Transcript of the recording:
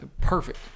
Perfect